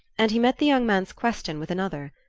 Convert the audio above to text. and he met the young man's question with another.